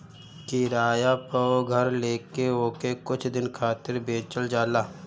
किराया पअ घर लेके ओके कुछ दिन खातिर बेचल जाला